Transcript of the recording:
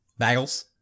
Bagels